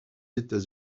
états